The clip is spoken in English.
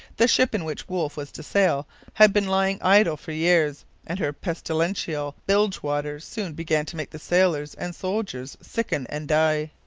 the ship in which wolfe was to sail had been lying idle for years and her pestilential bilge-water soon began to make the sailors and soldiers sicken and die.